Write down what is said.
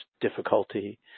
difficulty